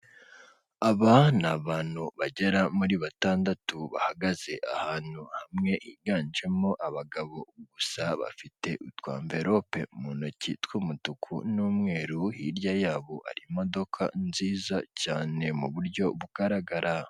Aba ni abantu bagera muri batandatu bahagaze ahantu hamwe, higanjemo abagabo gusa. Bafite utu amvirope mu ntoki tw'umutuku n'umweru, hirya yabo hari imodoka nziza cyane mu buryo bugaragara.